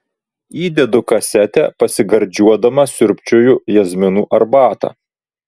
įdedu kasetę pasigardžiuodama sriubčioju jazminų arbatą